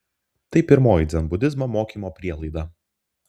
tai pirmoji dzenbudizmo mokymo prielaida